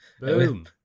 Boom